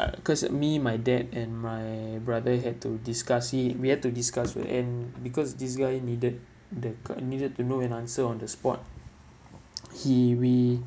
uh cause like me my dad and my brother had to discuss it we have to discuss for an because this guy needed the car he needed to know an answer on the spot he we